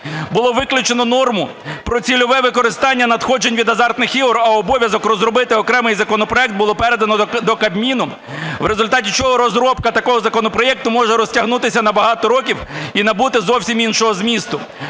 було виключено норму про цільове використання надходжень від азартних ігор, а обов'язок розробити окремий законопроект було передано до Кабміну. В результаті чого розробка такого законопроекту може розтягнутися на багато років і набути зовсім іншого змісту.